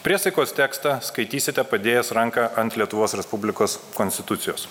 priesaikos tekstą skaitysite padėjęs ranką ant lietuvos respublikos konstitucijos